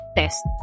test